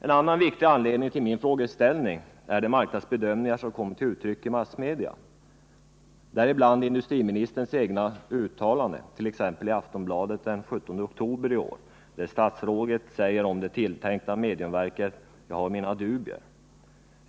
En annan viktig anledning till min fråga är de marknadsbedömningar som kommer till uttryck i massmedia, däribland industriministerns egna uttalanden, t.ex. i Aftonbladet den 17 oktober i år, där han säger om det tilltänkta mediumvalsverket: Jag har mina dubier.